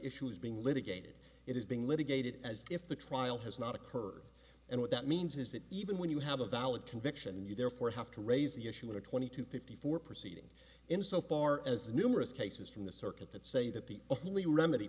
issue is being litigated it is being litigated as if the trial has not occurred and what that means is that even when you have a valid conviction you therefore have to raise the issue in a twenty to fifty four proceeding in so far as numerous cases from the circuit that say that the only remedy